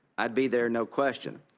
i'd be there no question.